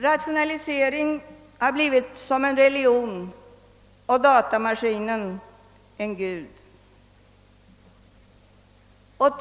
Rationalisering har blivit som en religion och datamaskinen har blivit en gud.